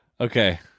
Okay